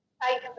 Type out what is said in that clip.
hi